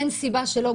אין סיבה שלא,